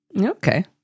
Okay